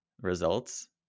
results